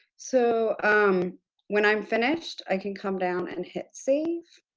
so um when i'm finished, i can come down and hit save.